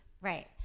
Right